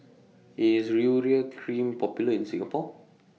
IS Urea Cream Popular in Singapore